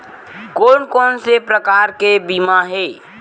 कोन कोन से प्रकार के बीमा हे?